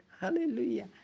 hallelujah